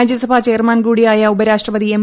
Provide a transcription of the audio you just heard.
രാജ്യസഭാ chairman കൂടിയായ ഉപരാഷ്ട്രപതി M